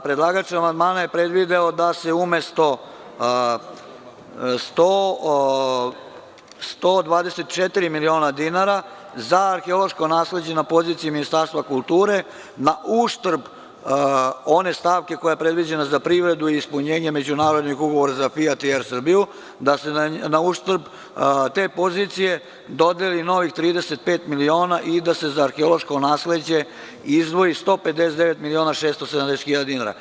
Predlagač amandmana je predvideo da se umesto 124 miliona dinara za arheološka nasleđa na poziciji Ministarstva kulture, na uštrb one stavke koja je predviđena za privredu i ispunjenje međunarodnih ugovora za „Fiat“ i „Er Srbiju“, da se na uštrb te pozicije dodeli novih 35 miliona i da se za arheološko nasleđe izdvoji 159 miliona 670 hiljada dinara.